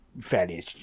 fairly